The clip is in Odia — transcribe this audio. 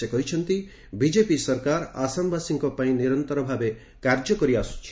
ସେ କହିଛନ୍ତି ବିଜେପି ସରକାର ଆସାମବାସୀଙ୍କ ପାଇଁ ନିରନ୍ତର ଭାବେ କାର୍ଯ୍ୟ କରିଆସୁଛି